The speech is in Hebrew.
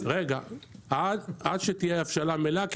עד שתהיה הבשלה מלאה,